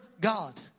God